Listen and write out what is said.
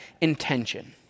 intention